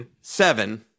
seven